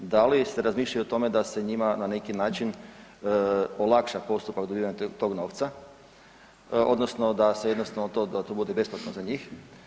Da li ste razmišljali o tome da se njima na neki način olakša postupak dobivanja tog novca odnosno da jednostavno to bude besplatno za njih?